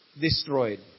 destroyed